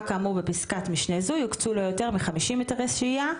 כאמור בפסקת משנה זו יוקצו לא יותר מחמישים היתרי שהייה,